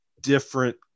different